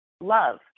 love